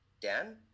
Dan